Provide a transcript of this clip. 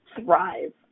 thrive